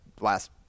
last